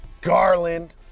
Garland